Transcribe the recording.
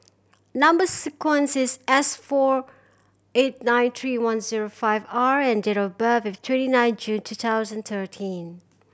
number sequence is S four eight nine three one zero five R and date of birth is twenty nine June two thousand thirteen